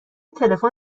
تلفن